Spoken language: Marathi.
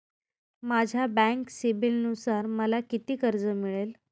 माझ्या बँक सिबिलनुसार मला किती कर्ज मिळेल?